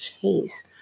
case